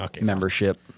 membership